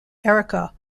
erica